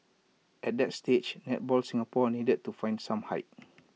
at that stage netball Singapore needed to find some height